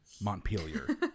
Montpelier